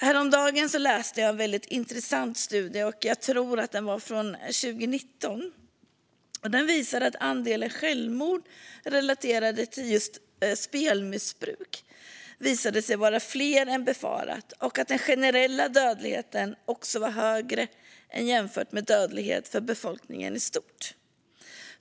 Häromdagen läste jag en väldigt intressant studie, som jag tror var från 2019. Den visar att antalet självmord relaterade till spelmissbruk visade sig vara större än befarat och att den generella dödligheten också var högre jämfört med dödlighet för befolkningen i stort.